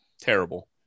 terrible